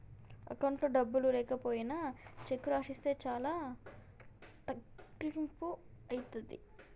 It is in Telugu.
అకౌంట్లో డబ్బులు లేకపోయినా చెక్కు రాసిస్తే చానా తక్లీపు ఐతది